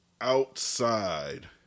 outside